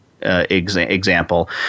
Example